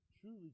truly